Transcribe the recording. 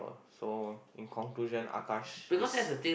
so in conclusion Akash is